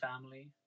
family